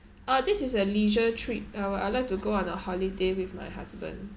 uh this is a leisure trip oh I like to go on a holiday with my husband